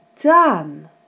done